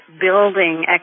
building